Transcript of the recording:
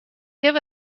give